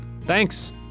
thanks